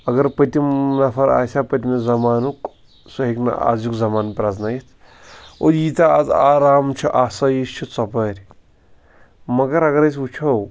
اگر پٔتِم نفر آسِہا پٔتمہِ زَمانُک سُہ ہیٚکہِ نہٕ اَزیُک زَمانہٕ پرٛزنٲیِتھ اور ییٖتیاہ اَز آرام چھُ آسٲیِش چھِ ژۄپٲرۍ مگر اگر أسۍ وٕچھو